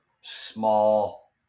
small